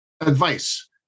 advice